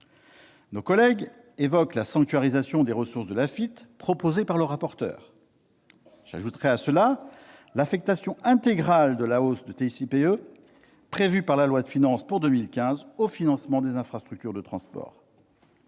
Nos collègues évoquent la sanctuarisation des ressources de l'Afitf proposée par le rapporteur. J'ajouterai à cela l'affectation intégrale de la hausse de TICPE prévue par la loi de finances pour 2015 au financement des infrastructures de transport.